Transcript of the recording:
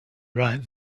right